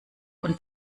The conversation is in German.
und